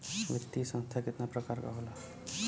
वित्तीय संस्था कितना प्रकार क होला?